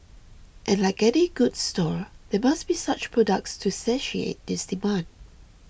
and like any good store there must be such products to satiate this demand